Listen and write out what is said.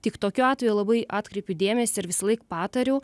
tik tokiu atveju labai atkreipiu dėmesį ir visąlaik patariu